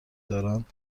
دارند